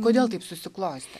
kodėl taip susiklostė